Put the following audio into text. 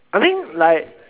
I think like